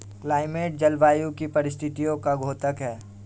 climate जलवायु की परिस्थितियों का द्योतक है